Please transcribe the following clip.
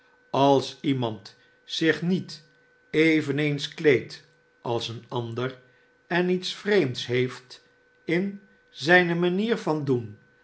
tals iemand zich niet eveneens kleedt als een ander en iets vreemds heeft in zijne manier van doen